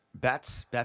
Bets